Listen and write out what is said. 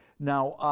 now,